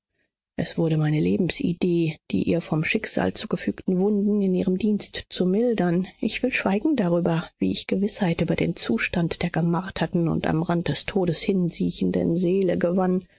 es wurde meine lebensidee die ihr vom schicksal zugefügten wunden in ihrem dienst zu mildern ich will schweigen darüber wie ich gewißheit über den zustand der gemarterten und am rand des todes hinsiechenden seele gewann